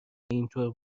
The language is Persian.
اینطور